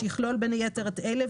שיכלול בין היתר את אלה,